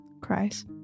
cries